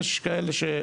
יש כאלה,